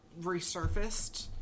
Resurfaced